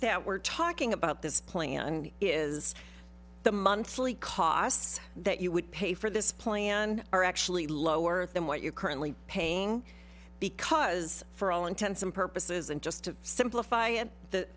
that we're talking about this plan is the monthly costs that you would pay for this plan are actually lower than what you're currently paying because for all intents and purposes and just to simplify it the